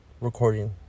recording